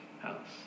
house